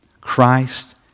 Christ